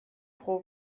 pro